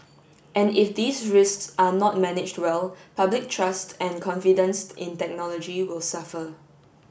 and if these risks are not managed well public trust and confidence in technology will suffer